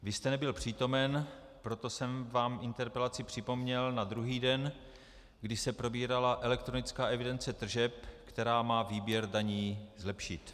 Vy jste nebyl přítomen, proto jsem vám interpelaci připomněl na druhý den, kdy se probírala elektronická evidence tržeb, která má výběr daní zlepšit.